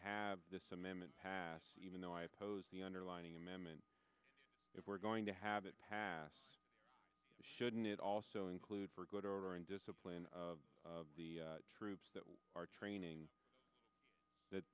have this amendment passed even though i oppose the underlining amendment if we're going to have it passed shouldn't it also include for good order and discipline of the troops that are training that